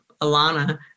Alana